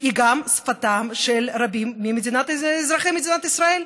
היא גם שפתם של רבים מאזרחי מדינת ישראל.